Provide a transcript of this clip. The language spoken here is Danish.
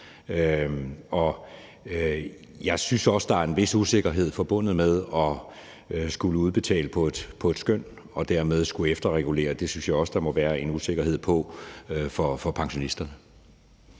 Jeg synes også, der er en vis usikkerhed forbundet med at skulle udbetale på et skøn og dermed at skulle efterregulere. Det synes jeg også der må være en usikkerhed forbundet med for pensionister.